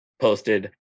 posted